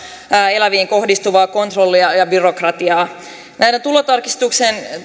eläviin kohdistuvaa kontrollia ja byrokratiaa näiden tulotarkistusten